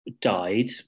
died